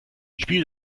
spiel